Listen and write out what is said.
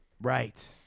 Right